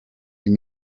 you